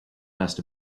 best